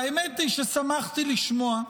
והאמת היא ששמחתי לשמוע,